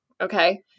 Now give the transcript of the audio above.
okay